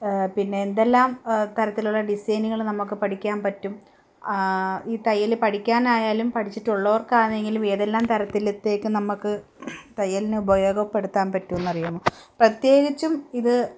പിന്നെ എന്തെല്ലാം തരത്തിലുള്ള ഡിസൈനുകൾ നമുക്ക് പഠിക്കാൻ പറ്റും ഈ തയ്യൽ പഠിക്കാനായാലും പഠിച്ചിട്ടുള്ളവർക്കാണെങ്കിലും ഏതെല്ലാം തരത്തിലത്തേക്കും നമുക്ക് തയ്യലിന് ഉപയോഗപ്പെടുത്താൻ പറ്റുമെന്നറിയുന്നു പ്രത്യേകിച്ചും ഇത്